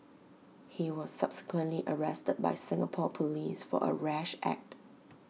he was subsequently arrested by Singapore Police for A rash act